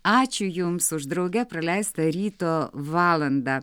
ačiū jums už drauge praleistą ryto valandą